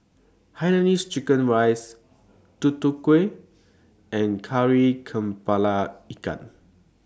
Hainanese Chicken Rice Tutu Kueh and Kari Kepala Ikan